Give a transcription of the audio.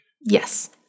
Yes